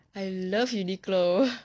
I love uniqlo